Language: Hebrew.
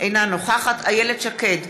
אינה נוכחת איילת שקד,